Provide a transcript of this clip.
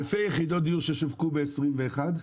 אלפי יחידות דיור ששווקו ב-2021,